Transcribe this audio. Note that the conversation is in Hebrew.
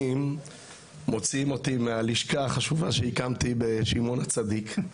מוציאים אותי מהלשכה החשובה שהקמתי בשמעון הצדיק.